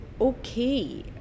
okay